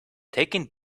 taken